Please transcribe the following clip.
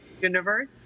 universe